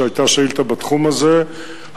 כשהיתה שאילתא בתחום הזה,